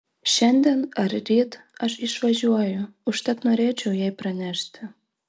šiandien ar ryt aš išvažiuoju užtat norėčiau jai pranešti